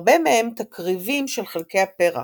הרבה מהם תקריבים של חלקי הפרח,